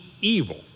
evil